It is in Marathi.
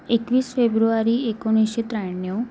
एकवीस फेब्रुवारी एकोणीसशे त्र्याण्णव